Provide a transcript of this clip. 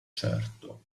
certo